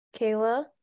Kayla